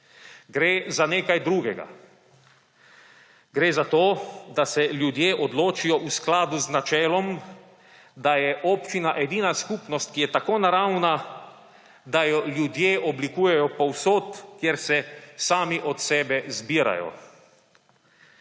Gre za nekaj drugega. Gre za to, da se ljudje odločijo v skladu z načelom, da je občina edina skupnost, ki je tako naravna, da jo ljudje oblikujejo povsod, kjer se sami od sebe zbirajo.